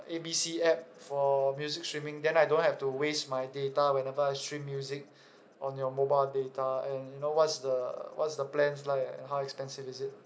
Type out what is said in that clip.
A B C app for music streaming then I don't have to waste my data whenever I stream music on your mobile data and you know what's the what's the plans like and how expensive is it